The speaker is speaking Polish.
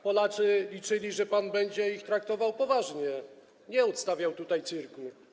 Polacy liczyli, że pan będzie ich traktował poważnie, nie odstawiał tutaj cyrku.